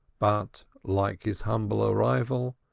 but like his humbler rival,